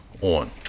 on